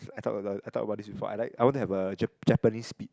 I talk about I talk about this before I like I want to have a Japanese Spitz